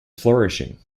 flourishing